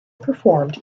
performed